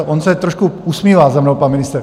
On se trošku usmívá za mnou pan ministr.